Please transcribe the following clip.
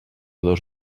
dos